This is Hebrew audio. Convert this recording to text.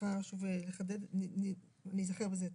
צריכה שוב לחדד, אני אזכר בזה תכף.